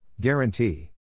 Guarantee